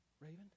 Raven